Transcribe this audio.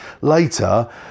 later